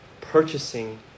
purchasing